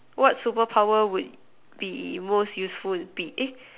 what superpower would be most useful it be eh